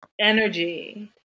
energy